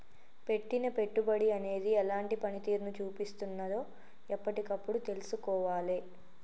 పెట్టిన పెట్టుబడి అనేది ఎలాంటి పనితీరును చూపిస్తున్నదో ఎప్పటికప్పుడు తెల్సుకోవాలే